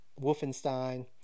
Wolfenstein